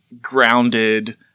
grounded